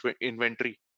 inventory